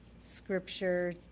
scripture